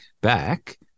back